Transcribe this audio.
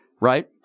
right